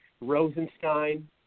Rosenstein